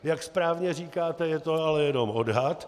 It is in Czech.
Jak správně říkáte, je to ale jenom odhad.